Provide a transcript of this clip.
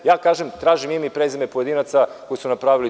Zato kažem – tražim ime i prezime pojedinaca koji su napravili to.